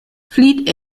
flieht